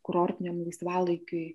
kurortiniam laisvalaikiui